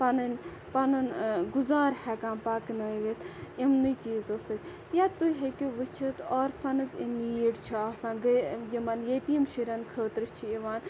پَنٕنۍ پَنُن گُزار ہیٚکان پَکنٲوِتھ یِمنٕے چیٖزو سۭتۍ یا تہۍ ہیٚکِو وٕچھِتھ آرفَنز اِن نیٖڈ چھُ آسان یِمَن یتیٖم شُرٮ۪ن خٲطرٕ چھِ یِوان